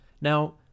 Now